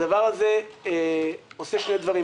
הדבר הזה עושה שני דברים.